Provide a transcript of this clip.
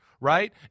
right